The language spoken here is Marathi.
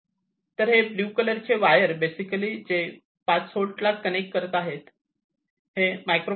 तर हे ब्लू कलर चे वायर बेसिकली जे 5 होल्ट ला कनेक्ट करत आहे